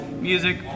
music